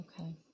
Okay